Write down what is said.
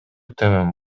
төмөн